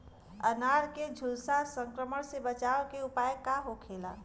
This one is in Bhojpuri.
अनार के झुलसा संक्रमण से बचावे के उपाय का होखेला?